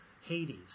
Hades